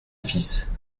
fils